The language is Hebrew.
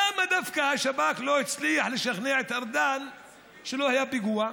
למה דווקא השב"כ לא הצליח לשכנע את ארדן שלא היה פיגוע?